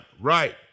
right